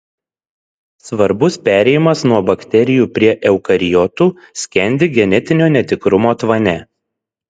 svarbus perėjimas nuo bakterijų prie eukariotų skendi genetinio netikrumo tvane